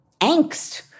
angst